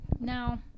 Now